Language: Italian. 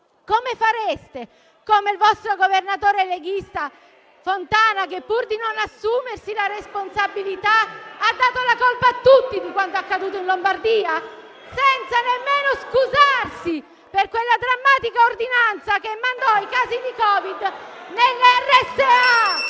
Come fareste? Come il vostro governatore leghista Fontana che, pur di non assumersi la responsabilità, ha dato la colpa a tutti di quanto accaduto in Lombardia senza nemmeno scusarsi per quella drammatica ordinanza che mandò i casi di Covid-19 nelle RSA,